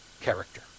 character